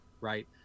right